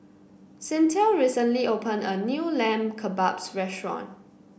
Cyntha recently opened a new Lamb Kebabs restaurant